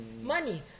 money